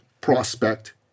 prospect